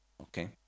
okay